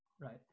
right